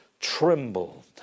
trembled